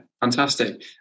fantastic